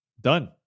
Done